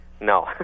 No